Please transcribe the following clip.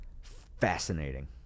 fascinating